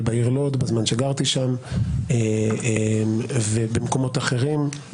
בעיר לוד בזמן שגרתי בה ובמקומות אחרים.